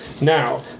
Now